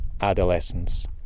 adolescence